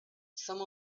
some